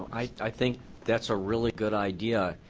i think that's ah really good idea.